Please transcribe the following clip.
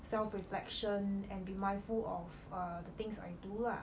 self reflection and be mindful of err the things I do lah